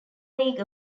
league